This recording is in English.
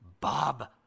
Bob